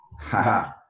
Haha